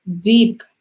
deep